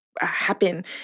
happen